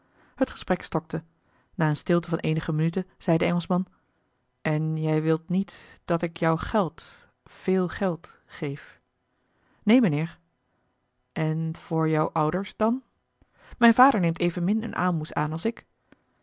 het gesprek stokte na eene stilte van eenige minuten zei de engelschman en jij wilt niet dat ik jou geld veel geld geef neen mijnheer en voor jou ouders dan mijn vader neemt evenmin eene aalmoes aan als ik